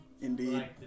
Indeed